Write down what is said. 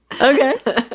Okay